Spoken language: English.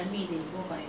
school bus lah